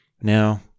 Now